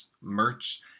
merch